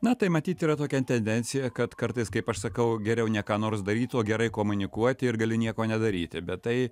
na tai matyt yra tokia tendencija kad kartais kaip aš sakau geriau ne ką nors daryti o gerai komunikuoti ir gali nieko nedaryti bet tai